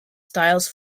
styles